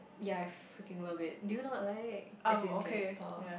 ya I freaking love it do you not like as in generally oh